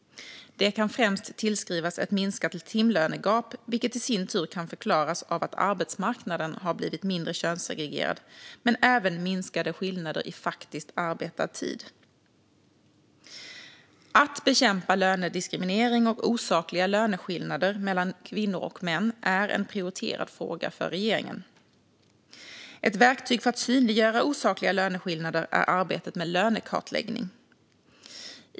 Det kan främst tillskrivas ett minskat timlönegap, vilket i sin tur kan förklaras av att arbetsmarknaden har blivit mindre könssegregerad, men även minskade skillnader i faktiskt arbetad tid. Att bekämpa lönediskriminering och osakliga löneskillnader mellan kvinnor och män är en prioriterad fråga för regeringen. Ett verktyg för att synliggöra osakliga löneskillnader är arbetet med lönekartläggning.